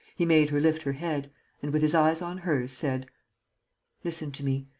he made her lift her head and, with his eyes on hers, said listen to me.